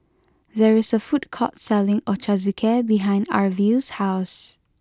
there is a food court selling Ochazuke behind Arvil's house